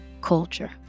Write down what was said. culture